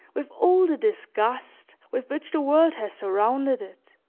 with all the disgust with which the world has surrounded it,